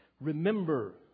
remember